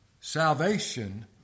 salvation